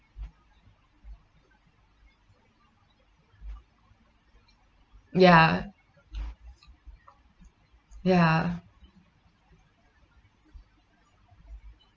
ya ya